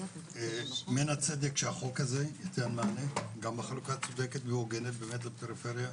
מן הצדק שהחוק הזה ייתן מענה גם בחלוקה צודקת והוגנת באמת לפריפריה.